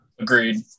Agreed